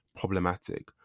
problematic